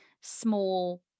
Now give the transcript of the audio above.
small